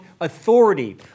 authority